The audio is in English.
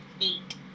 Eight